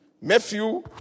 Matthew